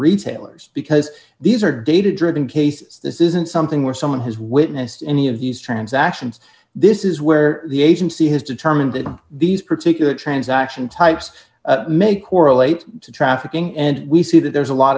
retailers because these are data driven cases this isn't something where someone has witnessed any of these transactions this is where the agency has determined that these particular transaction types may correlate to trafficking and we see that there's a lot